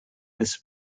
this